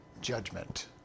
judgment